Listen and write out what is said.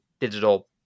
digital